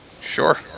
Sure